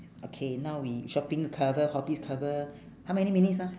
okay now we shopping cover hobbies cover how many minutes ah